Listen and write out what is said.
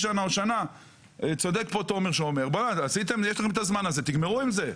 צודק פה תומר, תגמרו עם זה.